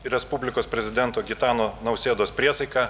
ir respublikos prezidento gitano nausėdos priesaika